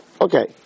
Okay